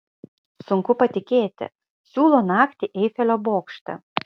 sunku patikėti siūlo naktį eifelio bokšte